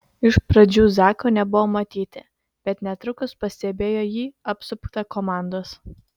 iš pradžių zako nebuvo matyti bet netrukus pastebėjo jį apsuptą komandos